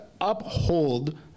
uphold